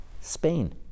Spain